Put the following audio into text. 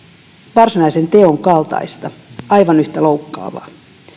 varsinaisen teon kaltaista aivan yhtä loukkaavaa